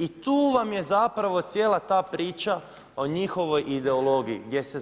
I tu vam je cijela ta priča o njihovoj ideologiji gdje se